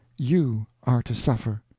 you are to suffer.